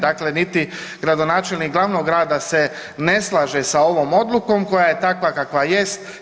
Dakle, niti gradonačelnik glavnog grada se ne slaže sa ovom odlukom koja je takva kakva jest.